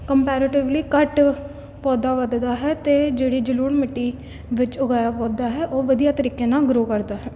comparatively ਘੱਟ ਪੌਦਾ ਵੱਧਦਾ ਹੈ ਅਤੇ ਜਿਹੜੀ ਜਲੋੜ੍ਹ ਮਿੱਟੀ ਵਿੱਚ ਉਗਾਇਆ ਪੌਦਾ ਹੈ ਉਹ ਵਧੀਆ ਤਰੀਕੇ ਨਾਲ ਗਰੋ ਕਰਦਾ ਹੈ